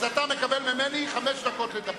אז אתה מקבל ממני חמש דקות לדבר.